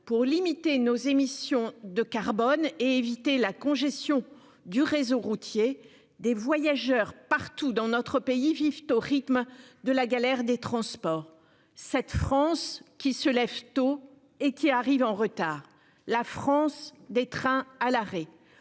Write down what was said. pour limiter nos émissions de carbone et éviter la congestion du réseau routier des voyageurs partout dans notre pays vivent au rythme de la galère des transports, cette France qui se lève tôt et qui arrive en retard, la France des trains à l'arrêt